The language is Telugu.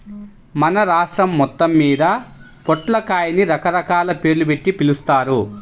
మన రాష్ట్రం మొత్తమ్మీద పొట్లకాయని రకరకాల పేర్లుబెట్టి పిలుస్తారు